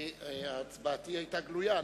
הצבעתי היתה גלויה.